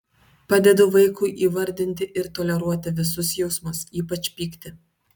padedu vaikui įvardinti ir toleruoti visus jausmus ypač pyktį